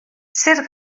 zer